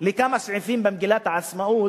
לכמה סעיפים במגילת העצמאות,